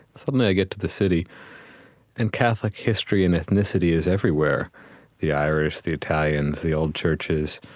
suddenly i get to the city and catholic history and ethnicity is everywhere the irish, the italians, the old churches,